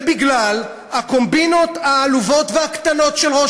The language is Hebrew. ובגלל הקומבינות העלובות והקטנות של ראש